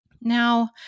Now